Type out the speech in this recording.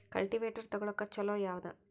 Cultivator ತೊಗೊಳಕ್ಕ ಛಲೋ ಯಾವದ?